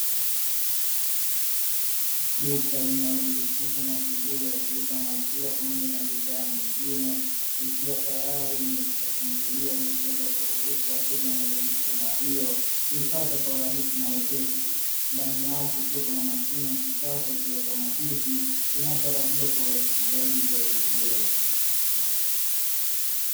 Duka linalojihusisha na shughuli ya kuuza maziwa pamoja na bidhaa nyingine, likiwa tayari limekwisha funguliwa ili kuweza kuruhusu wateja wanaohitaji huduma hiyo kuipata kwa urahisi na wepesi, ndani yake ikiwa kuna mashine ya kisasa yaki automatiki inayotarajiwa kurahisisha zaidi zoezi hilo.